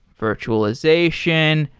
virtualization,